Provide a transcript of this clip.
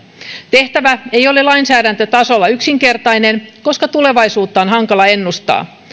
tehtävä ei ole lainsäädäntötasolla yksinkertainen koska tulevaisuutta on hankala ennustaa